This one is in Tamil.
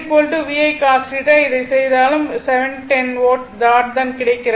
P VI cos θ இதை செய்தாலும் 710 வாட் தான் கிடைக்கும்